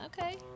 Okay